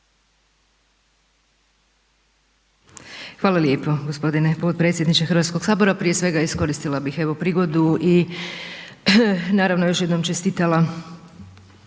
Hvala lijepo g. potpredsjedniče Hrvatskog sabora. Prije svega iskoristila bih evo prigodu i naravno još jednom čestitala